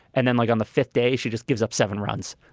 and then like on the fifth day, she just gives up seven runs.